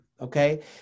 okay